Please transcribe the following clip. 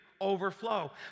overflow